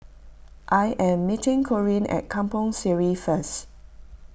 I am meeting Corinne at Kampong Sireh first